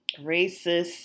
racist